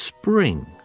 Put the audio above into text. Spring